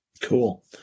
Cool